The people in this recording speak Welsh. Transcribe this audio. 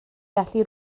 felly